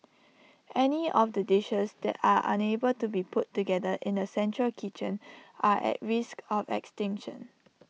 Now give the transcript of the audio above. any of the dishes that are unable to be put together in A central kitchen are at risk of extinction